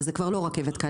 וזה כבר לא רכבת קליע?